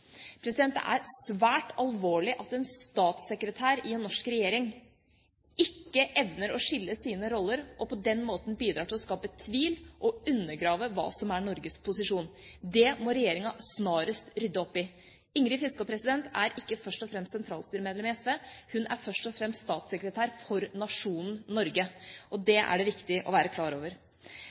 Det er svært alvorlig at en statssekretær i en norsk regjering ikke evner å skille sine roller og på den måten bidrar til å skape tvil og undergrave hva som er Norges posisjon. Det må regjeringa snarest rydde opp i. Ingrid Fiskaa er ikke først og fremst sentralstyremedlem i SV. Hun er først og fremst statssekretær for nasjonen Norge. Det er det viktig å være klar over.